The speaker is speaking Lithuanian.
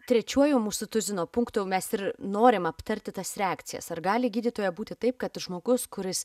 trečiuoju mūsų tuzino punktu mes ir norim aptarti tas reakcijas ar gali gydytoja būti taip kad žmogus kuris